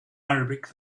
arabic